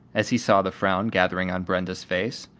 as he saw the frown gathering on brenda's face.